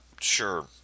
Sure